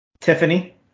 tiffany